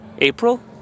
April